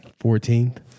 fourteenth